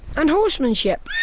and horsemanship